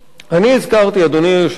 אני הזכרתי, אדוני היושב-ראש,